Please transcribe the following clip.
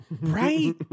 Right